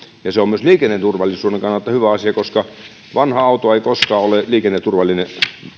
ja se on myös liikenneturvallisuuden kannalta hyvä asia koska vanha auto ei koskaan ole liikenneturvallinen